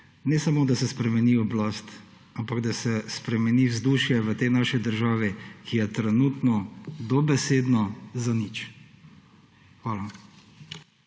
ne samo, da se spremeni oblast, ampak da se spremeni vzdušje v tej naši državi, ki je trenutno dobesedno zanič. Hvala.